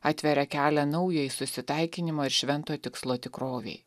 atveria kelią naujai susitaikinimo ir šventojo tikslo tikrovei